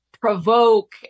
provoke